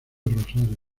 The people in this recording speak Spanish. rosario